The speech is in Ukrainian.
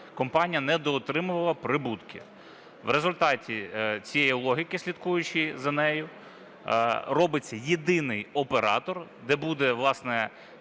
компанія недоотримувала прибутки. В результаті цієї логіки, слідкуючи за нею, робиться єдиний оператор, де буде, власне,